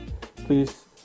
please